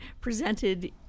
presented